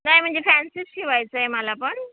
नाही म्हणजे फॅन्सीच शिवायचं आहे मला पण